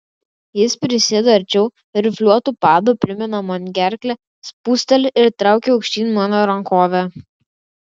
jis prisėda arčiau rifliuotu padu primina man gerklę spūsteli ir traukia aukštyn mano rankovę